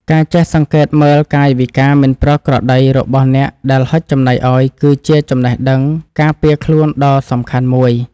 ការចេះសង្កេតមើលកាយវិការមិនប្រក្រតីរបស់អ្នកដែលហុចចំណីឱ្យគឺជាចំណេះដឹងការពារខ្លួនដ៏សំខាន់មួយ។